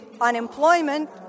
unemployment